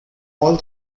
all